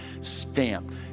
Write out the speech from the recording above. stamped